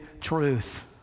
truth